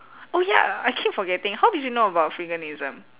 oh ya I keep forgetting how did you know about freeganism